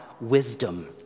wisdom